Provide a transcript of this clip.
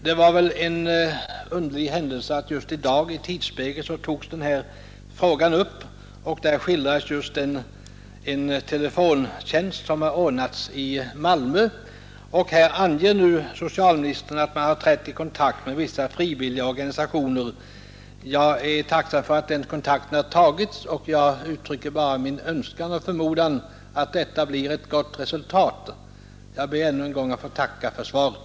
Genom ett underligt sammanträffande togs denna fråga just i dag upp i programpunkten Tidsspegeln i radio. Där skildrades en telefontjänst som ordnats i Malmö, och socialministern meddelar nu också att socialstyrelsen har tagit kontakt med vissa frivilliga organisationer. Jag är tacksam för att sådana kontakter har tagits och hoppas att de kommer att ge goda resultat. Jag ber ännu en gång att få tacka för svaret.